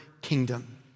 kingdom